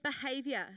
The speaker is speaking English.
behavior